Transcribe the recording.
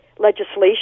legislation